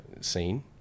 scene